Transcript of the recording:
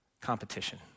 competition